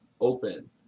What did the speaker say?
open